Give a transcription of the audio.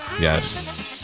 Yes